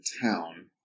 town